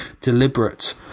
deliberate